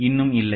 இன்னும் இல்லை